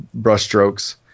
brushstrokes